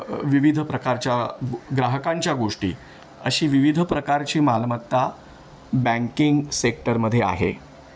विविध प्रकारच्या ग्राहकांच्या गोष्टी अशी विविध प्रकारची मालमत्ता बँकिंग सेक्टरमध्ये आहे